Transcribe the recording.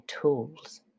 tools